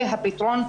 זה הפתרון,